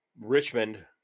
Richmond